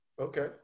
Okay